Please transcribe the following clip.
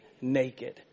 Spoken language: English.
naked